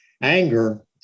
Anger